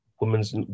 women's